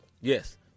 Yes